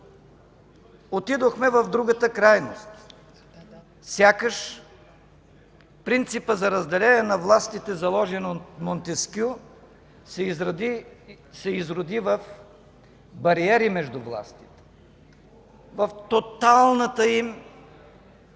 отидохме в другата крайност, сякаш принципът за разделение на властите, заложен от Монтескьо, се изроди в бариери между властите, в тоталната им